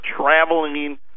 traveling